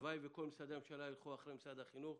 הלוואי שכל משרדי הממשלה ילכו אחרי משרד החינוך,